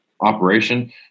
operation